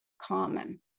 common